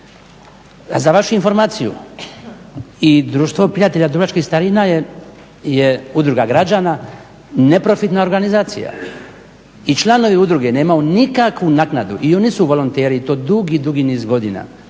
Za vašu informaciju i Društvo prijatelja dubrovačkih starina je udruga građana, neprofitna organizacija i članovi udruge nemaju nikakvu naknadu i oni su volonteri i to dugi, dugi niz godina